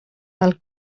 del